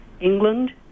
england